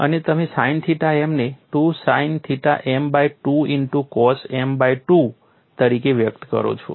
તમે sine theta m ને 2 sine theta m by 2 into cos m by 2 તરીકે વ્યક્ત કરો છો